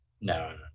no